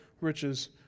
riches